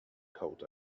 coat